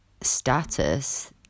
status